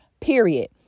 period